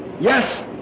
Yes